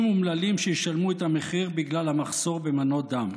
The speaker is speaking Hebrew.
אומללים שישלמו את המחיר בגלל המחסור במנות דם.